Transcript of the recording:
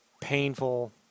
painful